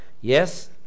Yes